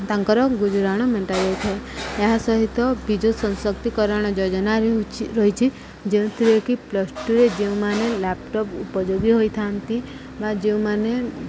ତାଙ୍କର ଗୁଜୁରାଣ ମେଣ୍ଟାଯାଇଥାଏ ଏହା ସହିତ ବିଜୁ ସଶକ୍ତିକରଣ ଯୋଜନ ରହିଛି ଯେଉଁଥିରେକ ପ୍ଲସ ଟୁରେ ଯେଉଁମାନେ ଲ୍ୟାପଟପ୍ ଉପଯୋଗୀ ହୋଇଥାନ୍ତି ବା ଯେଉଁମାନେ